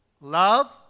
love